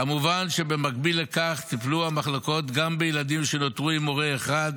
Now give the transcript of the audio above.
כמובן שבמקביל לכך טיפלו המחלקות גם בילדים שנותרו עם הורה אחד